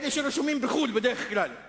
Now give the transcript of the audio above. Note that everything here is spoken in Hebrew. אלה שבדרך כלל רשומים בחו"ל.